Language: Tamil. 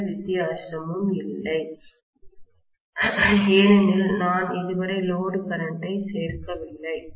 எந்த வித்தியாசமும் இல்லை ஏனெனில் நான் இதுவரை லோடு கரண்டை சேர்க்கவில்லை